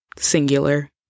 singular